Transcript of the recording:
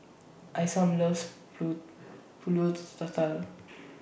Isam loves Pull Pulut Tatal